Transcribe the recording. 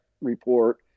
report